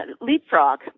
leapfrog